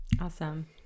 Awesome